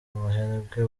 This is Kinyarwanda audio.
umuherwe